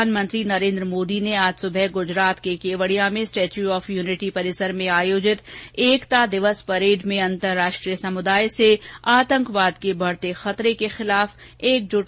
प्रधानमंत्री नरेन्द्र मोदी ने आर्ज सुबह गुजरात के केवड़िया में स्टेच्यू ऑफ यूनिटी परिसर में आयोजित एकता दिवस परेड में अन्तरराष्ट्रीय समुदाय से आतंकवाद के बढते खतरे के खिलाफ एकजुट होने की अपील की